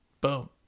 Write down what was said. Boom